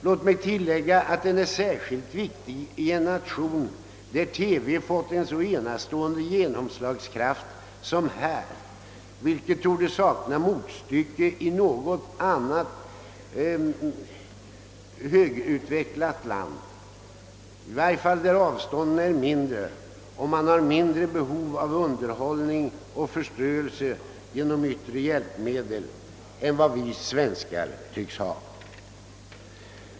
Låt mig tillägga, att den kanske är särskilt viktig i en nation, där TV fått en så enastående genomslagskraft som i vår nation, en genomslagskraft som torde sakna motstycke i något annat högutvecklat land och i varje fall i länder där avstånden är mindre och där man har mindre behov av underhållning och förströelse genom yttre hjälpmedel än vad vi svenskar tycks ha.